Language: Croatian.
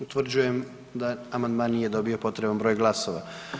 Utvrđujem da amandman nije dobio potreban broj glasova.